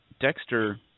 Dexter